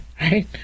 right